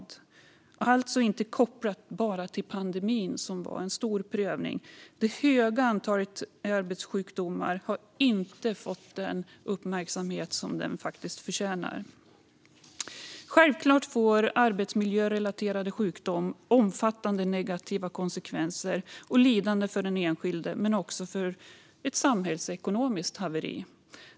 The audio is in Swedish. Det är alltså inte kopplat enbart till pandemin, som var en stor prövning. Det stora antalet arbetssjukdomar har inte fått den uppmärksamhet de förtjänar. Självklart får arbetsmiljörelaterad sjukdom omfattande negativa konsekvenser och orsakar lidande för den enskilde, men det orsakar också ett samhällsekonomiskt haveri.